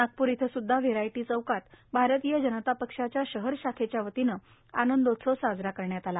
नागपूर इथं सुदधा व्हेरायटी चौकात भारतीय जनता पक्षाच्या शहर शाखेच्या वतीनं आनंदोत्सव साजरा करण्यात आला